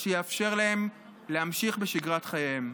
מה שיאפשר להן להמשיך בשגרת חייהן.